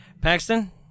Paxton